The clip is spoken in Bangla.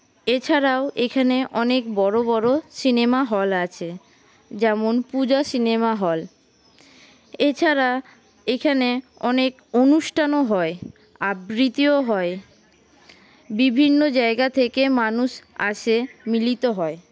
এছাড়াও এইখানে অনেক বড় বড় সিনেমা হল আছে যেমন পূজা সিনেমা হল এছাড়া এইখানে অনেক অনুষ্ঠানও হয় আবৃত্তিও হয় বিভিন্ন জায়গা থেকে মানুষ আসে মিলিত হয়